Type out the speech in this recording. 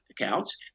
accounts